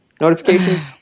notifications